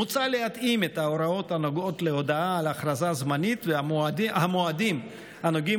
מוצע להתאים את ההוראות הנוגעות להודעה על הכרזה זמנית והמועדים הנוגעים